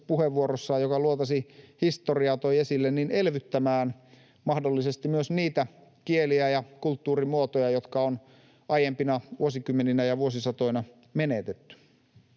puheenvuorossaan, joka luotasi historiaa, toi esille, elvyttämään mahdollisesti myös niitä kieliä ja kulttuurimuotoja, jotka on aiempina vuosikymmeninä ja vuosisatoina menetetty.